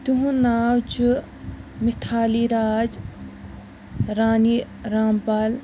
تِہُند ناو چھُ مِتھالی راج رانی رام پال